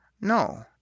No